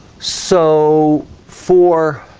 so for